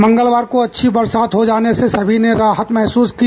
मंगलवार को अच्छी बरसात हो जाने से सभी ने राहत महसूस की